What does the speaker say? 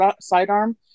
sidearm